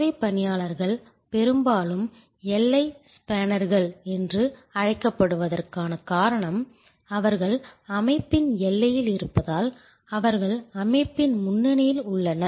சேவை பணியாளர்கள் பெரும்பாலும் எல்லை ஸ்பேனர்கள் என்று அழைக்கப்படுவதற்கான காரணம் அவர்கள் அமைப்பின் எல்லையில் இருப்பதால் அவர்கள் அமைப்பின் முன்னணியில் உள்ளனர்